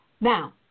Now